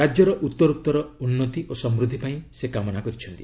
ରାଜ୍ୟର ଉତ୍ତରୋତ୍ତର ଉନ୍ନତି ଓ ସମୃଦ୍ଧି ପାଇଁ ସେ କାମନା କରିଛନ୍ତି